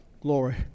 Glory